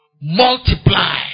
Multiply